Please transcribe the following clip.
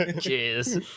Cheers